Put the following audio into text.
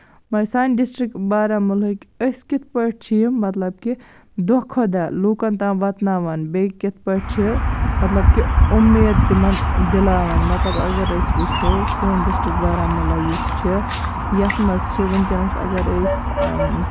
سانہِ ڈِسٹرکٹ بارامولہ ہٕکۍ أسۍ کِتھٕ پٲٹھۍ چھِ یِم مطلب کہِ دۄہ کھۄتہٕ دۄہ لوٗکن تام واتناوان بیٚیہِ کِتھٕ پٲٹھۍ چھِ مطلب کہِ اُمید تِمن دِلاوان مطلب اَگر أسۍ وُچھو سوٚن ڈِسٹرکٹ بارامولہ یُس چھُ یَتھ منٛز چھِ ؤنکیٚنس اَگر أسۍ